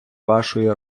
вашої